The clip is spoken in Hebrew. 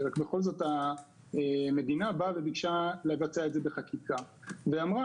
רק בכל זאת המדינה באה וביקשה לבצע את זה בחקיקה ואמרה